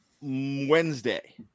Wednesday